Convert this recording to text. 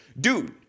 dude